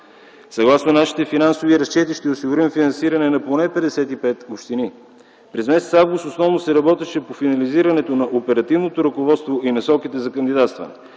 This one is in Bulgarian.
Съгласно нашите финансови разчети ще осигурим финансиране на поне 55 общини. През м. август основно се работеше по финализирането на оперативното ръководство и насоките за кандидатстване.